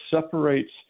separates